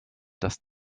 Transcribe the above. das